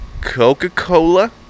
Coca-Cola